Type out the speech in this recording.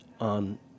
on